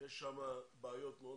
יש הם בעיות מאוד